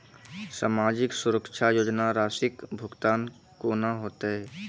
समाजिक सुरक्षा योजना राशिक भुगतान कूना हेतै?